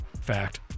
Fact